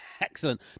Excellent